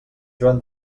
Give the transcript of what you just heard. joan